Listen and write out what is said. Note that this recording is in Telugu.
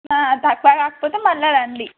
తక్కు కాకపోతే మళ్ళీ రండి